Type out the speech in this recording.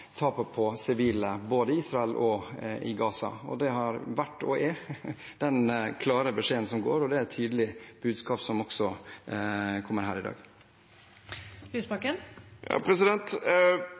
tapene på sivile i både Israel og Gaza. Det har vært og er den klare beskjeden, og det er et tydelig budskap som også kommer her i